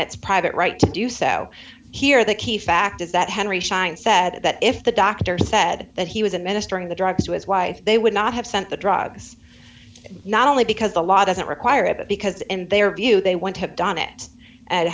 its private right to do so here the key fact is that henry schein said that if the doctor said that he was administering the drugs to his wife they would not have sent the drugs not only because the law doesn't require it because in their view they want to have done it a